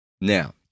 Now